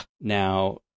Now